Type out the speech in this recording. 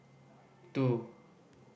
two